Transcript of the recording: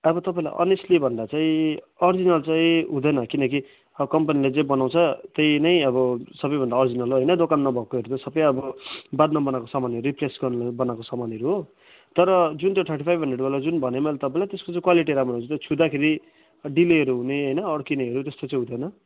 अब तपाईँलाई अनेस्टली भन्दा चाहिँ अर्जिनल चाहिँ हुँदैन किनकि अब कम्पनीले जे बनाउँछ त्यही नै अब सबैभन्दा अर्जिनल हो होइन दोकानमा भएकोहरू त सबै अब बादमा बनाएको सामानहरू रिप्लेस गर्नुको लागि बनाएको सामानहरू हो तर जुन त्यो थर्टी फाइभ हन्ड्रेड वाला जुन भने मैले तपाईँलाई त्यसको चाहिँ क्वालिटी राम्रो हुन्छ त्यो छुँदाखेरि डिलेहरू हुने होइन अड्किनेहरू त्यस्तो चाहिँ हुँदैन